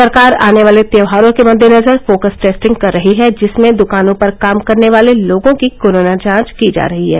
सरकार आने वाले त्यौहारों के मद्देनजर फोकस टेस्टिंग कर रही है जिसमें दुकानों पर काम करने वाले लोगों की कोरोना जांच की जा रही है